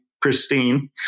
Christine